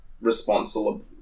responsible